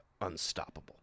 unstoppable